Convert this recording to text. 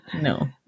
no